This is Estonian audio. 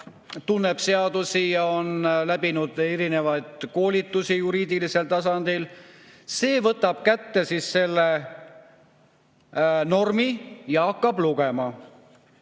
tunneb seadusi ja on läbinud erinevaid koolitusi juriidilisel tasandil, siis ta võtab kätte selle normi ja hakkab lugema: